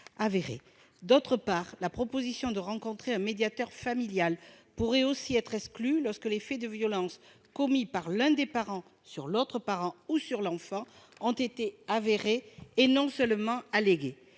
outre, la proposition de rencontrer un médiateur familial pourrait aussi être exclue lorsque les faits de violence commis par l'un des parents sur l'autre parent ou sur l'enfant sont avérés et non seulement allégués.